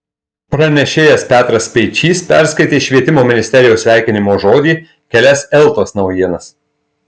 pranešėjas petras speičys perskaitė švietimo ministerijos sveikinimo žodį kelias eltos naujienas